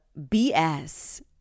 BS